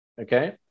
Okay